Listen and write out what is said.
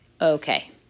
okay